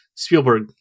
Spielberg